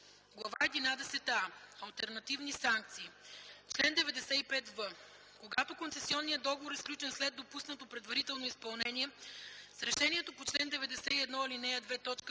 „а” Алтернативни санкции Чл. 95в. Когато концесионният договор е сключен след допуснато предварително изпълнение, с решението по чл. 91,